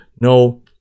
no